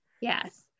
Yes